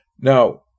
Now